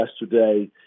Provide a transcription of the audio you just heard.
yesterday